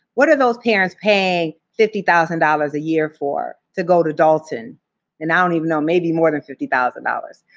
what are those parents paying fifty thousand a year for to go to dalton and i don't even know, maybe more than fifty thousand dollars.